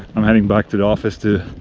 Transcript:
i'm heading back to the office to